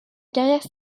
carrière